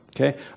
okay